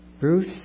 Bruce